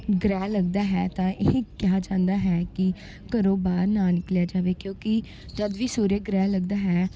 ਗ੍ਰਹਿਣ ਲੱਗਦਾ ਹੈ ਤਾਂ ਇਹ ਕਿਹਾ ਜਾਂਦਾ ਹੈ ਕਿ ਘਰੋਂ ਬਾਹਰ ਨਾ ਨਿਕਲਿਆ ਜਾਵੇ ਕਿਉਂਕਿ ਜਦ ਵੀ ਸੂਰਯ ਗ੍ਰਹਿਣ ਲੱਗਦਾ ਹੈ